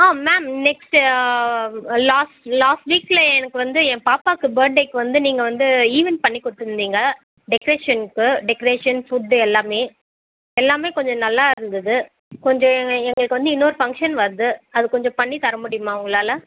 ஆ ma'am next last last வீக்கில் எனக்கு வந்து என் பாப்பாக்கு பர்த்டேக்கு வந்து நீங்கள் வந்து ஈவெண்ட் பண்ணிக் கொடுத்துருந்தீங்க டெக்ரேஷன்க்கு டெக்ரேஷன் ஃபுட்டு எல்லாமே எல்லாமே கொஞ்சம் நல்லா இருந்தது கொஞ்சம் எங்கள் எங்களுக்கு வந்து இன்னொரு ஃபங்க்ஷன் வருது அது கொஞ்சம் பண்ணித்தர முடியுமா உங்களால்